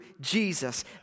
Jesus